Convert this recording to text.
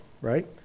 right